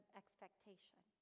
expectation